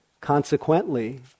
Consequently